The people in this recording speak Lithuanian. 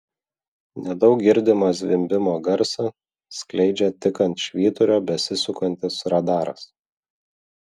nedaug girdimą zvimbimo garsą skleidžia tik ant švyturio besisukantis radaras